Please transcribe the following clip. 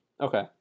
Okay